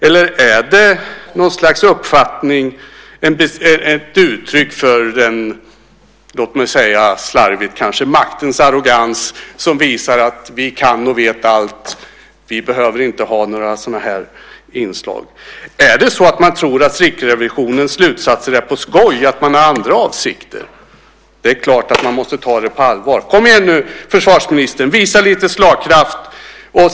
Eller är det ett uttryck för en låt mig säga, slarvigt kanske, maktens arrogans som visar att vi kan och vet allt. Vi behöver inte ha några sådana här inslag. Är det så att man tror att Riksrevisionens slutsatser är på skoj, att man har andra avsikter? Det är klart att man måste ta det på allvar. Kom igen nu, försvarsministern, visa lite slagkraft!